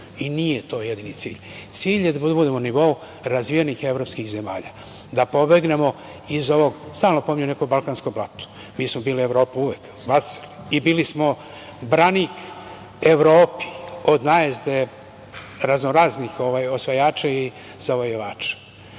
to jedini cilj. Cilj je da budemo na nivou razvijenih evropskih zemalja, da pobegnemo iz ovog, stalno pominjanog balkanskog blata. Mi smo bili Evropa uvek, i bili smo branik Evropi, od najezde raznoraznih osvajača i zavojevača. Ne